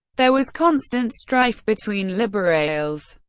there was constant strife between liberales,